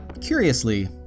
curiously